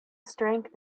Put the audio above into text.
strength